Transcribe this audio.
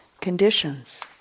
conditions